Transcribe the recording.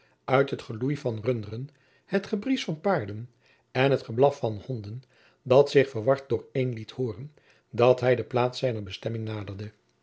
uit het geloei van runderen het gebriesch van paarden en het geblaf van honden dat zich verward dooreen liet hooren dat hij de plaats zijner bestemming naderde